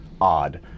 odd